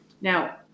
Now